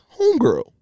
homegirl